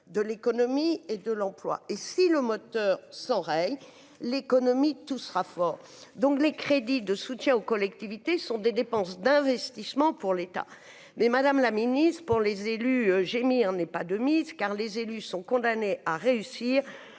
de l'économie et de l'emploi et si le moteur s'enraye l'économie tout sera fort, donc les crédits de soutien aux collectivités sont des dépenses d'investissement pour l'État, mais Madame la Ministre, pour les élus gémir n'est pas de mise, car les élus sont condamnés à réussir